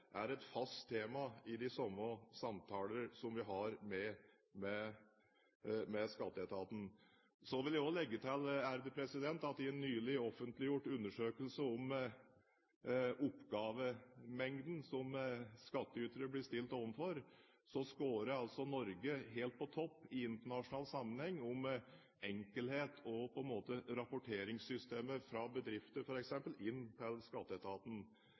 er et fast tema i de samme samtaler som vi har med skatteetaten. Så vil jeg også legge til at i en nylig offentliggjort undersøkelse om oppgavemengden som skattytere blir stilt overfor, skårer altså Norge helt på topp i internasjonal sammenheng når det gjelder enkelhet og rapporteringssystemet fra bedrifter f.eks. inn til skatteetaten.